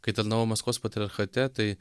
kai tarnavau maskvos patriarchate tai